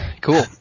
Cool